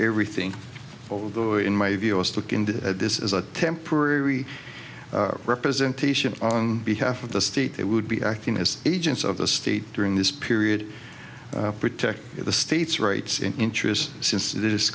everything although in my view us look into this is a temporary representation on behalf of the state it would be acting as agents of the state during this period protect the state's rights in interest since it is